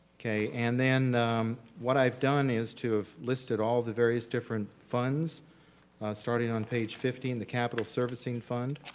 okay, and then what i've done is to have listed all the various different funds starting on page fifteen, the capital servicing fund